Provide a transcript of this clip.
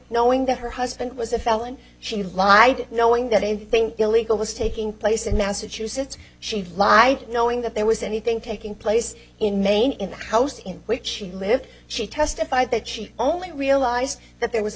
knowing that her husband was a felon she lied knowing that anything illegal was taking place in massachusetts she'd lie knowing that there was anything taking place in maine in the house in which she lived she testified that she only realized that there was a